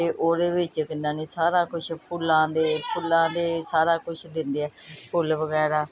ਅਤੇ ਉਹਦੇ ਵਿੱਚ ਕਿੰਨਾ ਨਹੀਂ ਸਾਰਾ ਕੁਛ ਫੁੱਲਾਂ ਦੇ ਫੁੱਲਾਂ ਦੇ ਸਾਰਾ ਕੁਝ ਦਿੰਦੇ ਹੈ ਫੁੱਲ ਵਗੈਰਾ